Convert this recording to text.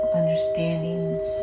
understandings